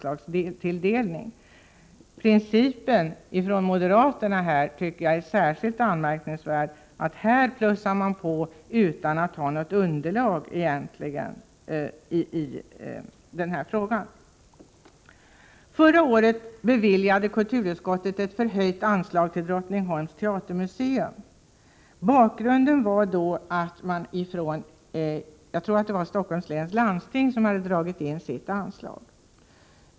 Jag tycker att moderaternas princip är särskilt anmärkningsvärd — i detta fall höjer man utan att egentligen ha något underlag för det. Förra året beviljade kulturutskottet ett förhöjt anslag till Drottningholms teatermuseum. Bakgrunden var att Stockholms läns landsting dragit in sitt anslag.